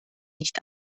nicht